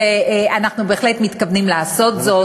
ואנחנו בהחלט מתכוונים לעשות זאת,